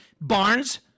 Barnes